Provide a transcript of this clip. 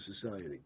society